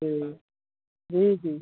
जी जी जी